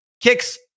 Kicks